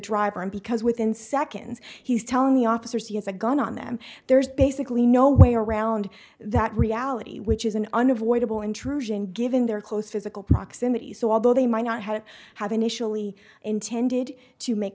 driver and because within seconds he's telling the officers he has a gun on them there's basically no way around that reality which is an unavoidable intrusion given their close physical proximity so although they might not have initially intended to make